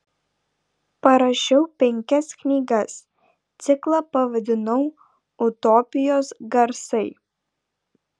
parašiau penkias knygas ciklą pavadinau utopijos garsai